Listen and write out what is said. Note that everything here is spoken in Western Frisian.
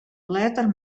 letter